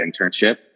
internship